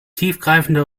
tiefgreifende